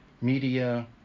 media